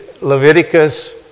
Leviticus